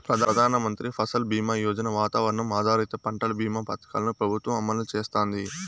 ప్రధాన మంత్రి ఫసల్ బీమా యోజన, వాతావరణ ఆధారిత పంటల భీమా పథకాలను ప్రభుత్వం అమలు చేస్తాంది